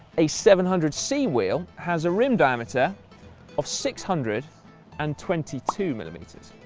a seven hundred c wheel has a rim diameter of six hundred and twenty two millimetres.